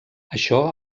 això